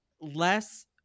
less